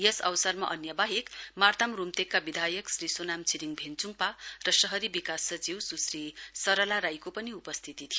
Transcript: यस अवसरमा अन्य बाहेक मार्तम रूम्तेकका विधायक शरी सोनाम छिरिङ भेन्चुङपा र शहरी विकास सचिव सुश्री सरला राईको पनि उपस्थिती थियो